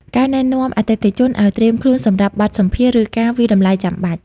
ការណែនាំអតិថិជនឱ្យត្រៀមខ្លួនសម្រាប់បទសម្ភាសន៍ ឬការវាយតម្លៃចាំបាច់។